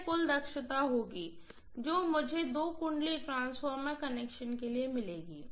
यह कुल दक्षता होगी जो मुझे दो वाइंडिंग ट्रांसफार्मर कनेक्शन के लिए मिलेगी